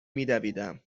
میدویدم